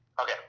Okay